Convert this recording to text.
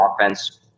offense